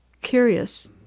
curious